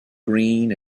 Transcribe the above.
green